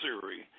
theory